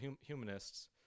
humanists